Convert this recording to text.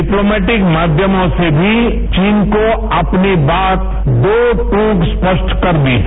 diplomatic माध्यमों से भी चीन को अपनी बात दो टूक स्पष्ट कर दी है